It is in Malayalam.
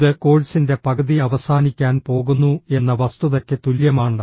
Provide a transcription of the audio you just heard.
ഇത് കോഴ്സിന്റെ പകുതി അവസാനിക്കാൻ പോകുന്നു എന്ന വസ്തുതയ്ക്ക് തുല്യമാണ്